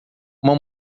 uma